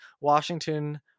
Washington